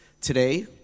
today